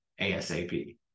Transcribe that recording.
ASAP